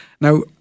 Now